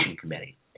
committee